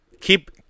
keep